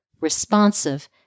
responsive